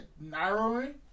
narrowing